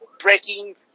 breaking